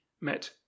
met